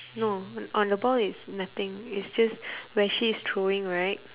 no on the ball is nothing it's just where she is throwing right